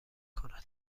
کند